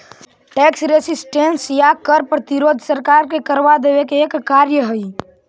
tax resistance या कर प्रतिरोध सरकार के करवा देवे के एक कार्य हई